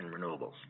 renewables